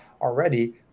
already